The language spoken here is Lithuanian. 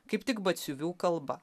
kaip tik batsiuvių kalba